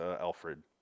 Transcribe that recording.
Alfred